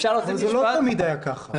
אבל זה לא תמיד היה ככה.